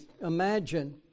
imagine